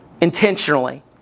intentionally